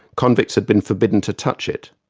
convicts had been forbidden to touch it.